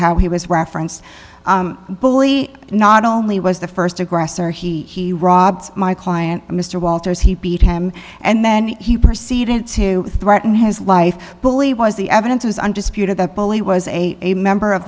how he was referenced bully not only was the st aggressor he rob my client mr walters he beat him and then he proceeded to threaten his life fully was the evidence was undisputed that bully was a a member of